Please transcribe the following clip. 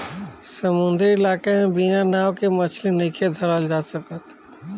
समुंद्री इलाका में बिना नाव के मछली नइखे धरल जा सकत